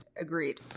Agreed